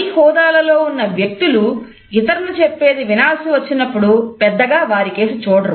పై హోదాలలో ఉన్న వ్యక్తులు ఇతరులు చెప్పేది వినాల్సి వచ్చినప్పుడు పెద్దగా వారికేసి చూడరు